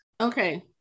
Okay